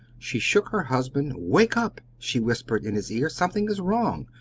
she shook her husband. wake up! she whispered in his ear, something is wrong!